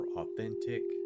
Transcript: authentic